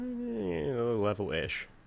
level-ish